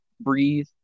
breathe